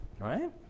right